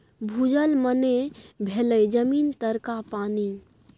भूजल मने भेलै जमीन तरका पानि